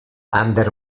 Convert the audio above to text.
ander